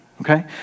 Okay